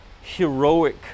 heroic